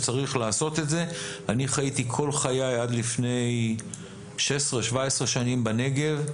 אני חייתי כל חיי עד לפני 16-17 שנים בנגב,